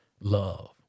love